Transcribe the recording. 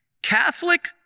catholic